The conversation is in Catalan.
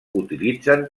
utilitzen